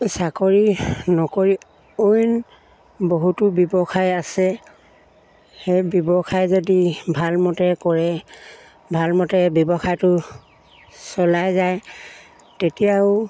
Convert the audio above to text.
চাকৰি নকৰি অইন বহুতো ব্যৱসায় আছে সেই ব্যৱসায় যদি ভালমতে কৰে ভালমতে ব্যৱসায়টো চলাই যায় তেতিয়াও